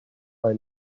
bei